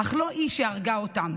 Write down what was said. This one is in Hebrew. אך לא היא שהרגה אותם